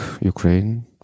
Ukraine